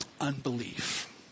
unbelief